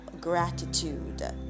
gratitude